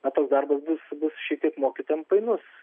na toks darbas bus bus šiek tiek mokytojam painus